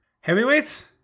Heavyweights